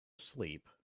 asleep